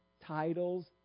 titles